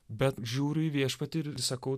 bet žiūriu į viešpatį ir sakau